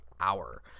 Hour